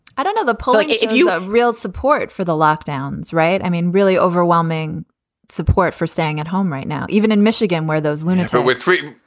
i don't know the public if you have real support for the lockdown's right. i mean, really overwhelming support for staying at home right now, even in michigan, where those limits were with freedom,